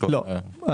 לא.